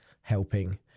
helping